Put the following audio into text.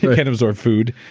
can't absorb food,